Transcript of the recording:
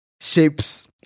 shapes